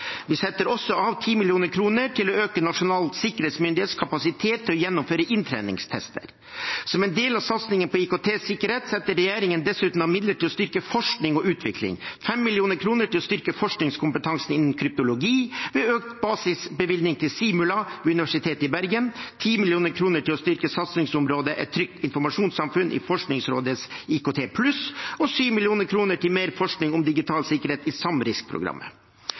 Vi setter også av 10 mill. kr til å øke Nasjonal sikkerhetsmyndighets kapasitet til å gjennomføre inntrengingstester. Som en del av satsingen på IKT-sikkerhet setter regjeringen dessuten av midler til å styrke forskning og utvikling – 5 mill. kr til å styrke forskningskompetansen innen kryptologi med økt basisbevilgning til Simula ved Universitetet i Bergen, 10 mill. kr til å styrke satsingsområdet Et trygt informasjonssamfunn i Forskningsrådets IKTPLUSS og 7 mill. kr mer til forskning om digital sikkerhet i